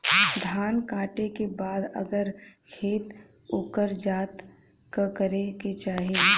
धान कांटेके बाद अगर खेत उकर जात का करे के चाही?